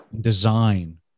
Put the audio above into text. design